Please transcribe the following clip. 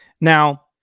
Now